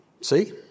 See